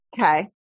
Okay